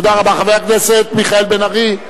חבר הכנסת מיכאל בן-ארי,